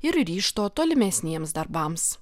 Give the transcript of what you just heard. ir ryžto tolimesniems darbams